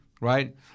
right